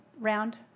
round